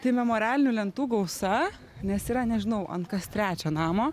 tai memorialinių lentų gausa nes yra nežinau ant kas trečio namo